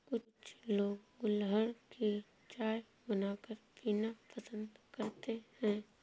कुछ लोग गुलहड़ की चाय बनाकर पीना पसंद करते है